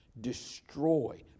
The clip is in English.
destroy